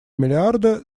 миллиарда